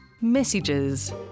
messages